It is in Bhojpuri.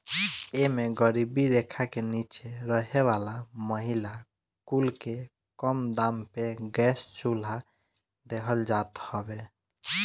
एमे गरीबी रेखा के नीचे रहे वाला महिला कुल के कम दाम पे गैस चुल्हा देहल जात हवे